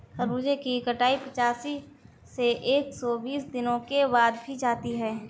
खरबूजे की कटाई पिचासी से एक सो बीस दिनों के बाद की जाती है